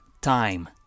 time